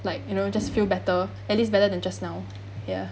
like you know you just feel better at least better than just now ya